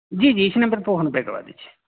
जी जी इसी नंबर पर फ़ोनपे करवा दीजिए